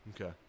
Okay